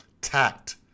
tact